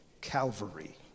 Calvary